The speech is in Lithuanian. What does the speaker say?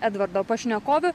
edvardo pašnekovių